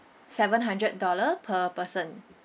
seven hundred dollar per person